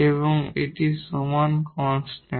এবং এটি সমান কনস্ট্যান্ট